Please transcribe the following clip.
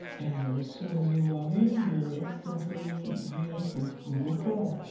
and as soon as you log in, you're instantly greeted with google chrome.